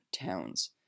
towns